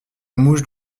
mouche